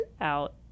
out